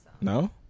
No